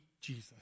Jesus